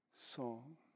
song